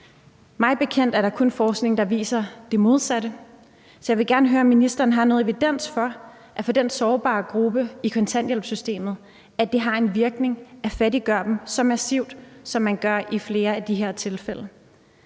Mig bekendt er der kun forskning, der viser det modsatte. Så jeg vil gerne høre, om ministeren har noget evidens for, at det har en virkning for den sårbare gruppe i kontanthjælpssystemet at fattiggøre dem så massivt, som man gør det i flere af de her tilfælde.